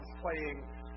playing